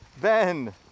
Ben